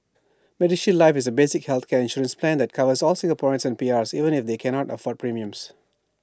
medishield life is A basic healthcare insurance plan that covers all Singaporeans and PR'seven if they cannot afford premiums